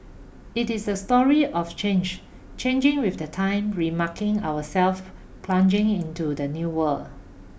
it is a story of change changing with the time remarking ourselves plugging into the new world